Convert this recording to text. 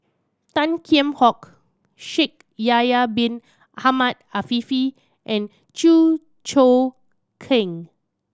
Tan Kheam Hock Shaikh Yahya Bin Ahmed Afifi and Chew Choo Keng